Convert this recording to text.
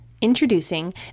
introducing